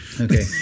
Okay